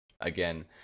again